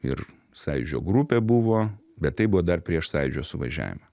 ir sąjūdžio grupė buvo bet tai buvo dar prieš sąjūdžio suvažiavimą